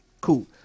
Cool